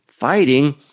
fighting